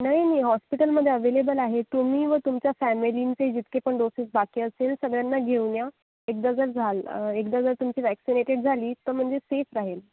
नाही नाही हॉस्पिटलमध्ये अव्हेलेबल आहेत तुम्ही व तुमच्या फॅमिलींचे जितके पण डोसेस बाकी असतील सगळ्यांना घेऊन या एकदा जर झालं एकदा जर तुमची वॅक्सिनेटेड झाली तर म्हणजे सेफ राहील